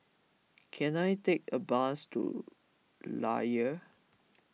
can I take a bus to Layar